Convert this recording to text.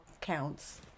counts